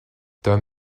tom